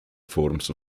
forms